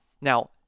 Now